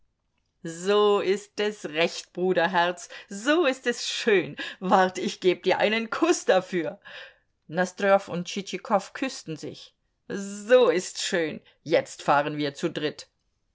so ist es recht bruderherz so ist es schön wart ich geb dir einen kuß dafür nosdrjow und tschitschikow küßten sich so ist's schön jetzt fahren wir zu dritt